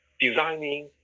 designing